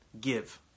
give